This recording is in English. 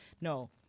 No